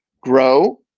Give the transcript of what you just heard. Grow